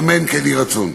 אמן, כן יהי רצון.